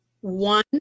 one